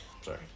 Sorry